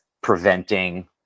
preventing